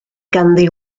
ganddi